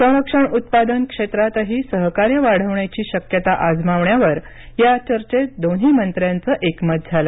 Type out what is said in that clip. संरक्षण उत्पादन क्षेत्रातही सहकार्य वाढवण्याची शक्यता आजमावण्यावर या चर्चेत दोन्ही मंत्र्यांचं एकमत झालं